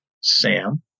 Sam